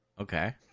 Okay